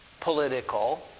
political